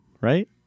right